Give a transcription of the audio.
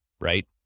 right